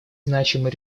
значимые